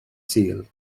sul